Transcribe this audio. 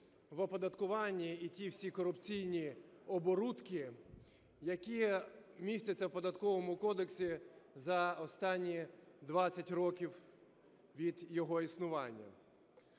в оподаткуванні і ті всі корупційні оборудки, які містяться у Податковому кодексі за останні 20 років від його існування.